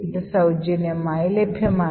ഇത് സൌജന്യമായി ലഭ്യമാണ്